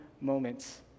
moments